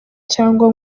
cyangwa